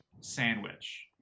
sandwich